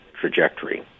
trajectory